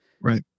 Right